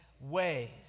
ways